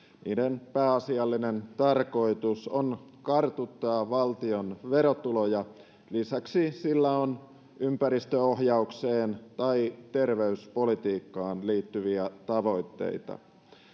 niiden pääasiallinen tarkoitus on kartuttaa valtion verotuloja lisäksi niillä on ympäristöohjaukseen tai terveyspolitiikkaan liittyviä tavoitteita